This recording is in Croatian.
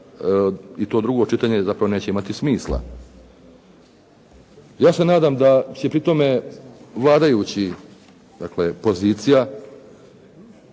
i to drugo čitanje zapravo neće imati smisla. Ja se nadam da će pri tome vladajući, dakle pozicija